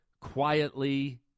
quietly